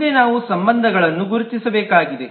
ಮುಂದೆ ನಾವು ಸಂಬಂಧಗಳನ್ನು ಗುರುತಿಸಬೇಕಾಗಿದೆ